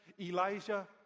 Elijah